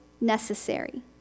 necessary